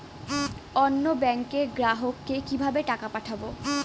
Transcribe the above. অন্য ব্যাংকের গ্রাহককে কিভাবে টাকা পাঠাবো?